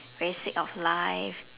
very sick of life